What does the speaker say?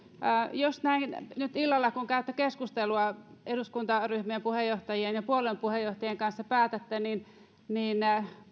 jos näin päätätte nyt illalla kun käytte keskustelua eduskuntaryhmien puheenjohtajien ja puolueen puheenjohtajien kanssa niin niin